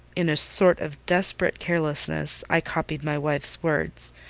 in a sort of desperate carelessness, i copied my wife's words,